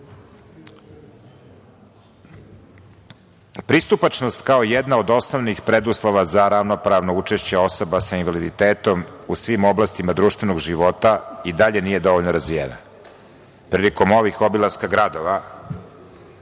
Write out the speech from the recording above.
postupanja. Pristupačnost kao jedan od osnovnih preduslova za ravnopravno učešće osoba sa invaliditetom u svim oblastima društvenog života i dalje nije dovoljno razvijena. Prilikom ovih obilaska gradova